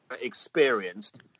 experienced